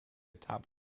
top